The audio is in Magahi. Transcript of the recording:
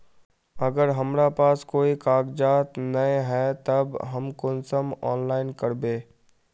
अगर हमरा पास कोई कागजात नय है तब हम कुंसम ऑनलाइन करबे?